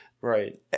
Right